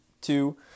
two